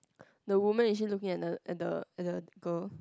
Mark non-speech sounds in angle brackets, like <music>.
<noise> the woman is she looking at the at the at the girl